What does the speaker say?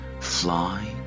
Fly